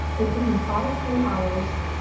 it took me five straight hours.